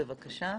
בבקשה.